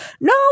No